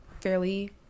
fairly